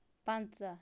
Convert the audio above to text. پنژہ